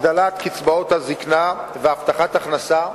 הגדלת קצבאות הזיקנה והבטחת הכנסה,